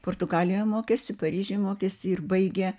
portugalijoje mokėsi paryžiuj mokėsi ir baigė